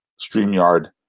StreamYard